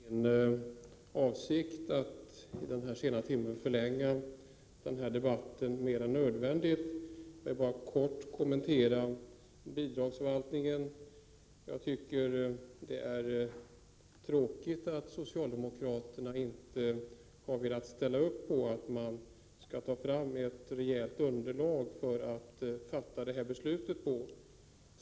Herr talman! Det är inte min avsikt att i den här sena timmen förlänga debatten mer än nödvändigt. Jag vill bara kort kommentera bidragsförvaltningen. Jag tycker att det är tråkigt att socialdemokraterna inte har velat ställa sig bakom att det tas fram ett rejält underlag för det här beslutet.